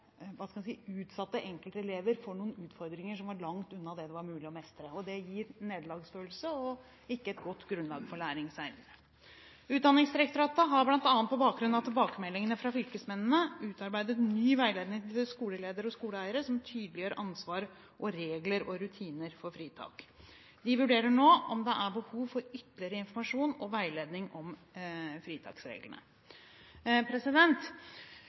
utsatte enkeltelever for noen utfordringer som var langt unna det som var mulig å mestre. Det gir nederlagsfølelse og ikke et godt grunnlag for læring senere. Utdanningsdirektoratet har bl.a. på bakgrunn av tilbakemeldingene fra fylkesmennene utarbeidet ny veiledning til skoleledere og skoleeiere som tydeliggjør ansvar, regler og rutiner for fritak. De vurderer nå om det er behov for ytterligere informasjon og veiledning om fritaksreglene.